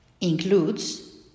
includes